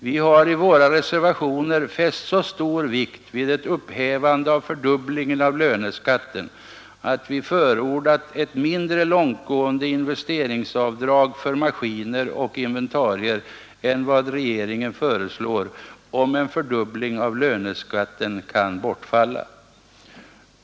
Vi har i våra reservationer fäst så stor vikt vid ett upphävande av fördubblingen av löneskatten att vi förordat ett mindre långtgående investeringsavdrag för maskiner och inventarier än vad regeringen föreslår, om en fördubbling av löneskatten kan bortfalla.